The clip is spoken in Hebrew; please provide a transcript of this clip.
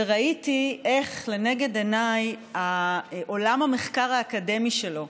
וראיתי איך לנגד עיניי עולם המחקר האקדמי שלו,